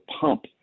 pump